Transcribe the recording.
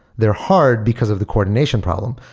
they're hard because of the coordination problem.